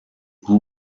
who